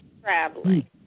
traveling